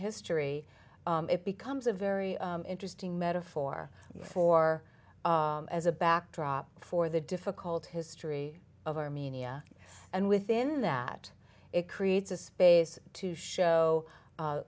history it becomes a very interesting metaphor for as a backdrop for the difficult history of armenia and within that it creates a space to show